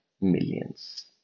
millions